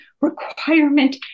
requirement